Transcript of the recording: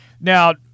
Now